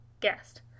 guest